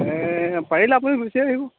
পাৰিলে আপুনি গুছি আহিব